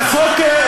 זה חוק פוליטי.